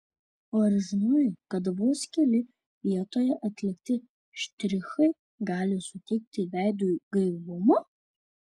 o ar žinojai kad vos keli vietoje atlikti štrichai gali suteikti veidui gaivumo